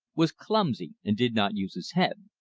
was clumsy and did not use his head.